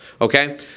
okay